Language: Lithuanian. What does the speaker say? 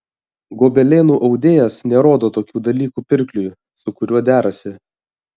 gobelenų audėjas nerodo tokių dalykų pirkliui su kuriuo derasi